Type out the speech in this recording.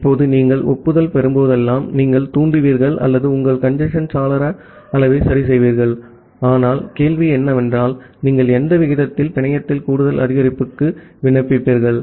இப்போது நீங்கள் ஒப்புதல் பெறும்போதெல்லாம் நீங்கள் தூண்டுவீர்கள் அல்லது உங்கள் கஞ்சேஸ்ன் சாளர அளவை சரிசெய்வீர்கள் ஆனால் கேள்வி என்னவென்றால் நீங்கள் எந்த விகிதத்தில் பிணையத்தில் கூடுதல் அதிகரிப்புக்கு விண்ணப்பிப்பீர்கள்